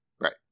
Right